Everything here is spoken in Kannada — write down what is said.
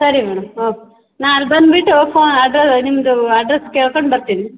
ಸರಿ ಮೇಡಮ್ ಓಕ್ ನಾ ಅಲ್ಲಿ ಬಂದುಬಿಟ್ಟು ಫೋ ಅದು ನಿಮ್ಮದು ಅಡ್ರಸ್ ಕೇಳ್ಕೊಂಡು ಬರ್ತೀನಿ